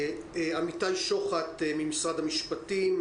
ברכות למשרד החינוך על העבודה.